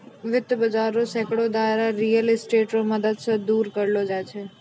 वित्त बाजार रो सांकड़ो दायरा रियल स्टेट रो मदद से दूर करलो जाय छै